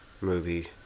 movie